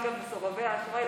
גם מסורבי האשראי,